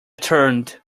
turned